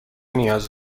نیاز